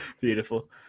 Beautiful